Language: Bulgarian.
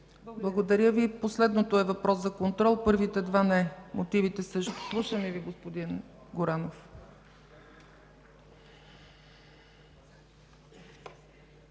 Благодаря Ви. Последното е въпрос за контрол, първите два – не. Мотивите – също. Слушаме Ви, господин Горанов.